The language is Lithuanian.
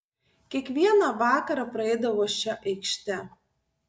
kiekvieną vakarą praeidavo šia aikšte